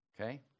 okay